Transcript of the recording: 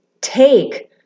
take